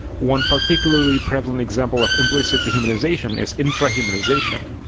one particularly prevalent example of implicit dehumanization is infrahumanization.